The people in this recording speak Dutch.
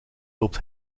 loopt